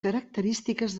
característiques